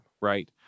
right